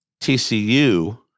TCU